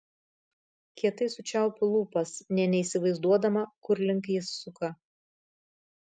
kietai sučiaupiu lūpas nė neįsivaizduodama kur link jis suka